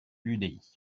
l’udi